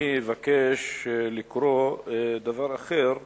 אני אבקש לקרוא דבר אחר: